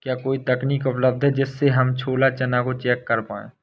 क्या कोई तकनीक उपलब्ध है जिससे हम छोला चना को चेक कर पाए?